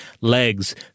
legs